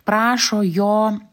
prašo jo